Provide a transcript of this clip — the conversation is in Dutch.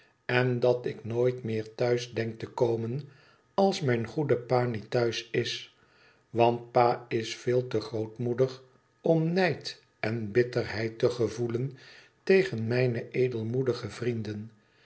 en dat ik nooit meer thuis denk te komen als mijn goede pa niet thuis is want pa is veel te grootmoedig om nijd en bitterheid te gevoelen tegen mijne edelmoedige vrienden